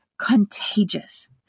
contagious